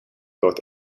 both